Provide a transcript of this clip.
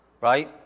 right